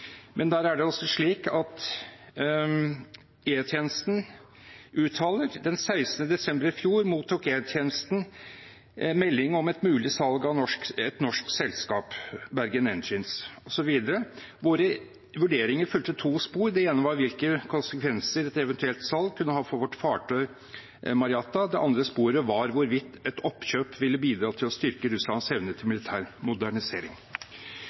desember i fjor mottok E-tjenesten til informasjon en melding om et mulig salg av et norsk selskap, Bergen Engines. Våre vurderinger fulgte to spor. Det ene var hvilke konsekvenser et eventuelt salg kunne ha for vårt fartøy MS «Marjata». Det andre sporet var hvorvidt et oppkjøp ville bidra til å styrke Russlands evne til militær modernisering.»